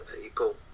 people